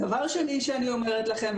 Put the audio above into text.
דבר שני שאני אומרת לכם,